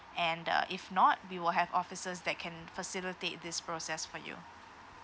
and the if not we will have officers that can facilitate this process for you